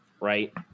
right